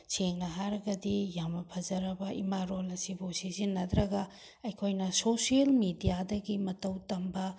ꯁꯦꯡꯅ ꯍꯥꯏꯔꯒꯗꯤ ꯌꯥꯝꯅ ꯐꯖꯔꯕ ꯏꯃꯥ ꯂꯣꯜ ꯑꯁꯤꯕꯨ ꯁꯤꯖꯤꯟꯅꯗ꯭ꯔꯒ ꯑꯩꯈꯣꯏꯅ ꯁꯣꯁꯤꯑꯦꯜ ꯃꯦꯗꯤꯌꯥꯗꯒꯤ ꯃꯇꯧ ꯇꯝꯕ